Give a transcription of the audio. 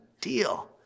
deal